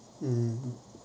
mm